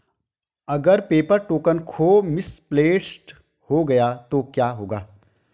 अगर paper token खो misplaced गया तो क्या होगा?